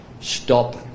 stop